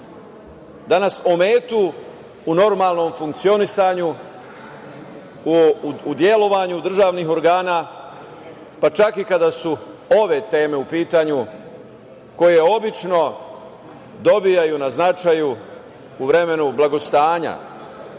da nas ometu u normalnom funkcionisanju, u delovanju državnih organa, pa čak i kada su ove teme u pitanju koje obično dobijaju na značaju u vremenu blagostanja